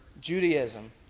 Judaism